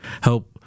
Help